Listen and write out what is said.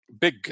big